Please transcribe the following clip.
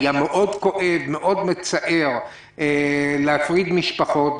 היה מאוד כואב ומצער להפריד משפחות,